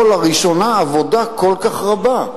שלראשונה הושקעה בו עבודה כל כך רבה.